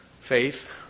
faith